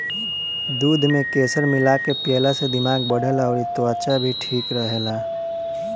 दूध में केसर मिला के पियला से दिमाग बढ़ेला अउरी त्वचा भी ठीक रहेला